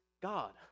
God